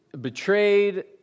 betrayed